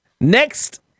Next